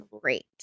Great